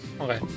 Okay